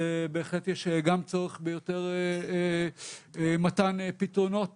בהחלט יש גם צורך ביותר מתן פתרונות